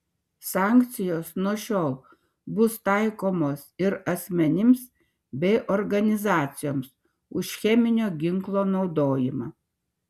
sankcijos nuo šiol bus taikomos ir asmenims bei organizacijoms už cheminio ginklo naudojimą